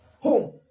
home